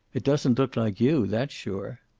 it doesn't look like you. that's sure.